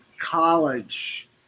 college